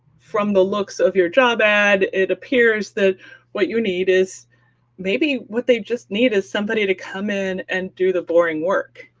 from the looks of your job ad, it appears that what you need is maybe what they just need is somebody to come in and do the boring work,